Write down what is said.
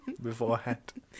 beforehand